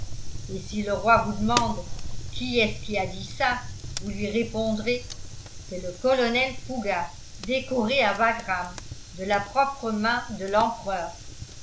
et si le roi vous demande qui est-ce qui a dit ça vous lui répondrez c'est le colonel fougas décoré à wagram de la propre main de l'empereur